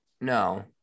No